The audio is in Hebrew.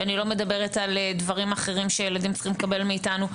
שאני לא מדברת על דברים אחרים שילדים צריכים לקבל מאתנו,